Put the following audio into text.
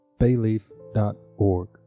bayleaf.org